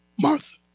Martha